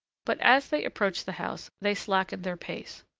but, as they approached the house, they slackened their pace,